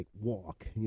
walk